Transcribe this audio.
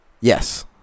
Yes